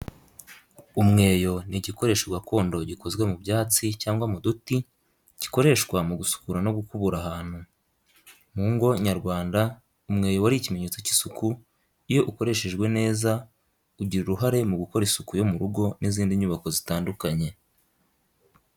Umweyo ni igikoresho gakondo gikozwe mu byatsi cyangwa mu duti, gikoreshwa mu gusukura no gukubura ahantu. Mu ngo nyarwanda, umweyo wari ikimenyetso cy’isuku, iyo ukoreshejwe neza, ugira uruhare mu gukora isuku yo mu rugo n’izindi nyubako zitandukanye.